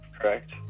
correct